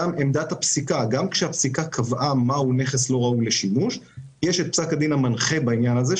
יש את פסק הדין המנחה בעניין הזה,